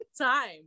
time